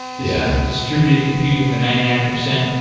this is distributed computing for the ninety nine percent.